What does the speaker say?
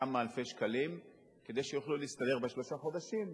כמה אלפי שקלים כדי שיוכלו להסתדר בשלושה חודשים.